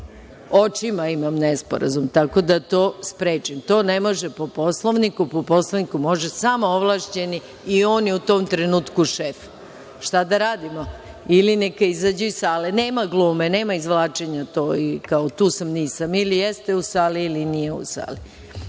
Očima imam nesporazum, tako da to sprečim. To ne može po Poslovniku, po Poslovniku može samo ovlašćeni i on je u tom trenutku šef. Šta da radimo. Ili neka izađu iz sale. Nema glume, nema izvlačenja, kao tu sam, nisam. Ili jeste u sali ili nije u